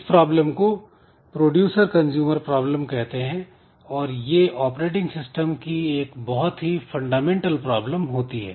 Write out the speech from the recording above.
इस प्रॉब्लम को producer consumer problem कहते हैं और यह ऑपरेटिंग सिस्टम की एक बहुत ही फंडामेंटल प्रॉब्लम होती है